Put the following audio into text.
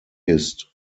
his